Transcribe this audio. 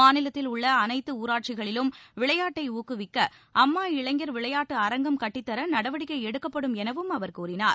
மாநிலத்தில் உள்ள அனைத்து ஊராட்சிகளிலும் விளையாட்டை ஊக்குவிக்க அம்மா இளைஞர் விளையாட்டு அரங்கம் கட்டித்தர நடவடிக்கை எடுக்கப்படும் எனவும் அவர் கூறினார்